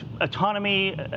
autonomy